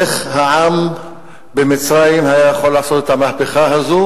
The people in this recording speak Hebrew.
איך העם במצרים היה יכול לעשות את המהפכה הזו